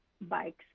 bikes